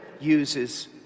uses